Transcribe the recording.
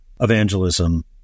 Evangelism